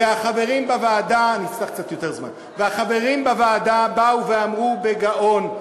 והחברים בוועדה באו ואמרו בגאון: